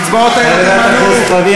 חברת הכנסת לביא,